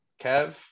Kev